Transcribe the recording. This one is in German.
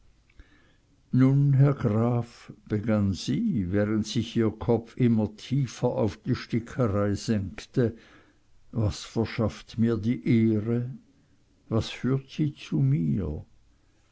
herr graf begann sie während sich ihr kopf immer tiefer auf die stickerei senkte was verschafft mir die ehre was führt sie zu mir